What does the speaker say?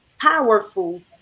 powerful